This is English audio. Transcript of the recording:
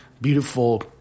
beautiful